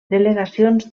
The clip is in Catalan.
delegacions